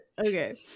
Okay